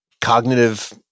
cognitive